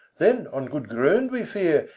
then on good ground we fear,